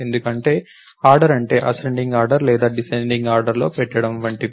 ఎందుకంటే ఆర్డర్ అంటే ascending order లేదా డిసెండింగ్ ఆర్డర్ లో పెట్టడం వంటివి